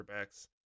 quarterbacks